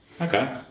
Okay